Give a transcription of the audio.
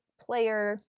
player